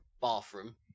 bathroom